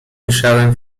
ujrzałem